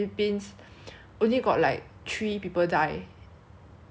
like and then there's no people with the virus other than the three people that died